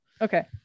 okay